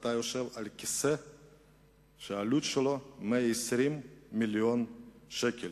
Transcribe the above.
אתה יושב על כיסא שהעלות שלו 120 מיליון שקל,